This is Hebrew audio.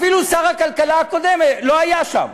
אפילו שר הכלכלה הקודם לא היה שם.